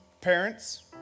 Parents